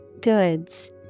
Goods